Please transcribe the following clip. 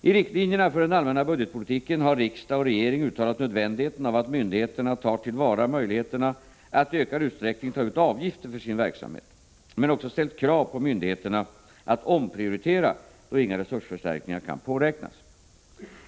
I riktlinjerna för den allmänna budgetpolitiken har riksdag och regering uttalat nödvändigheten av att myndigheterna tar till vara möjligheterna att i ökad utsträckning ta ut avgifter för sin verksamhet, men också ställt krav på myndigheterna att omprioritera då inga resursförstärkningar kan påräknas.